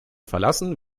verlassen